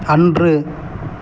அன்று